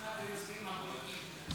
אחד מהיוזמים הבולטים.